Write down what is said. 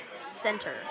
center